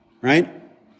right